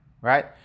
right